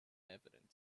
evident